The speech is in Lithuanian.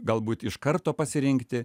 galbūt iš karto pasirinkti